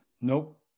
Nope